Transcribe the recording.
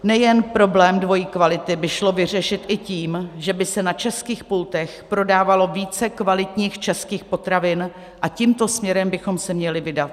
Nejen problém dvojí kvality by šlo vyřešit i tím, že by se na českých pultech prodávalo více kvalitních českých potravin, a tímto směrem bychom se měli vydat.